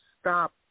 stop